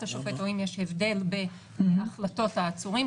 השופט או אם יש הבדל בהחלטות העצורים,